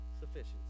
sufficiency